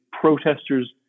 protesters